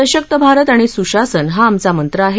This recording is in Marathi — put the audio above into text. सशक्त भारत आणि सुशासन हा आमचा मंत्र आहे